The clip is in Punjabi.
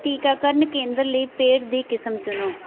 ਟੀਕਾਕਰਨ ਕੇਂਦਰ ਲਈ ਪੇਡ ਦੀ ਕਿਸਮ ਚੁਣੋ